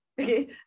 Okay